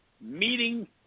meeting